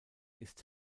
ist